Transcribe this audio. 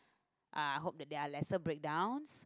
uh I hope that there're lesser breakdowns